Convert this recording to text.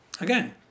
Again